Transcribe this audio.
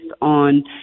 on